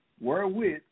wherewith